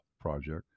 project